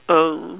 err